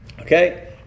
Okay